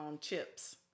Chips